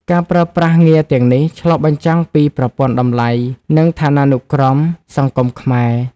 ការប្រើប្រាស់ងារទាំងនេះឆ្លុះបញ្ចាំងពីប្រព័ន្ធតម្លៃ និងឋានានុក្រមសង្គមខ្មែរ។